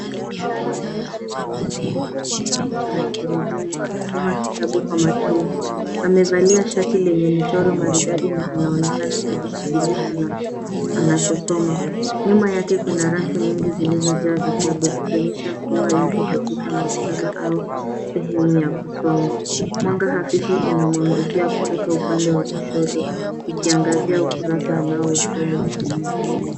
Mvulana wenye ulemavu ameketi kwenye kiti cha magurudumu akisoma kitabu kwa makini. Amevalia shati lenye michoro maridadi na anaonekana kujishughulisha na anachosoma. Nyuma yake kuna rafu nyingi zilizojaa vitabu zikionyesha kuwa yuko katika maktaba au sehemu ya kusoma. Mwanga hafifu unamwangukia kutoka upande wa kushoto ukiangazia ukurasa unaosoma.